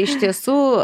iš tiesų